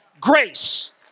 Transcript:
Grace